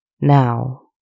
now